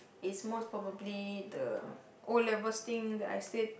is most probably the O-levels thing that I said